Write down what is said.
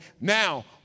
now